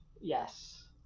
Yes